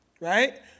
Right